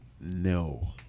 no